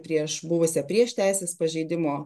prieš buvusią prieš teisės pažeidimo